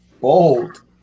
Bold